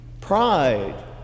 Pride